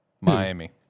Miami